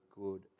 good